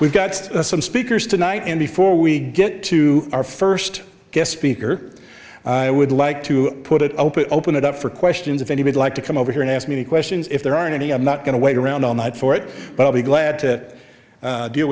we've got some speakers tonight and before we get to our first guest speaker i would like to put it open open it up for questions if any would like to come over here and ask me questions if there are any i'm not going to wait around all night for it but i'll be glad to deal